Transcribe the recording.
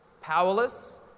powerless